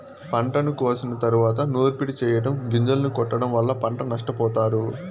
పంటను కోసిన తరువాత నూర్పిడి చెయ్యటం, గొంజలను కొట్టడం వల్ల పంట నష్టపోతారు